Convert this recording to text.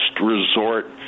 resort